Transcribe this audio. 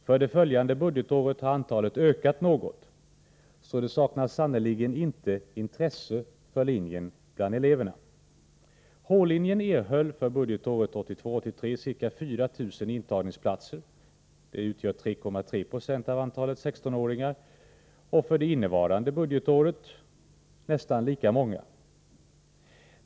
För det följande budgetåret har antalet ökat något. Det saknas sannerligen inte intresse för linjen bland eleverna. H-linjen erhöll för budgetåret 1982/83 ca 4 000 intagningsplatser, vilket utgör 3,3 96 av antalet 16-åringar, och för innevarande budgetår nästan lika många.